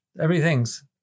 Everything's